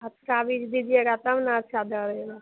अच्छा बीज दीजिएगा तब ना अच्छा दरेगा